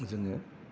जोङो